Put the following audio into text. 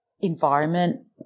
environment